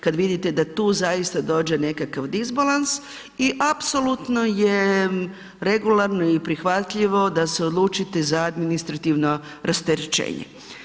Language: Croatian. Kad vidite da tu zaista dođe nekakav disbalans i apsolutno je regularno i prihvatljivo da se odlučite za administrativno rasterečenje.